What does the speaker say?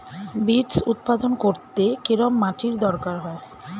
Beets উৎপাদন করতে কেরম মাটির দরকার হয়?